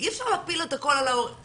אי אפשר להפיל את הכול על ההורים,